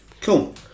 cool